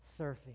surfing